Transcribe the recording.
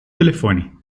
telefone